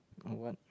or what